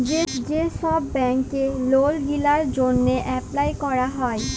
যে ছব ব্যাংকে লল গিলার জ্যনহে এপ্লায় ক্যরা যায়